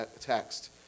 text